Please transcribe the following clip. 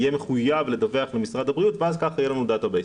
יהיה מחויב לדווח למשרד הבריאות ואז ככה יהיה לנו דאטה בייס.